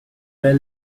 well